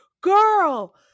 Girl